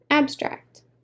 Abstract